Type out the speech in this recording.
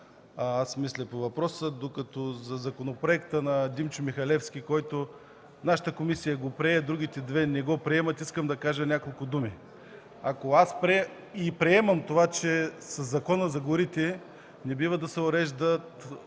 мисля по въпроса. Обаче по законопроекта на Димчо Михалевски, който нашата комисия прие, а другите две не го приемат, искам да кажа няколко думи. Приемам това, че със Закона за горите не бива да се уреждат